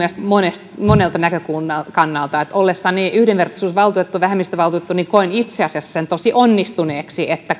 mielestäni monelta näkökannalta ollessani yhdenvertaisuusvaltuutettu eli vähemmistövaltuutettu koin itse asiassa sen tosi onnistuneeksi että